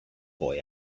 boy